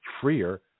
freer